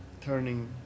turning